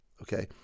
Okay